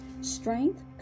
Strength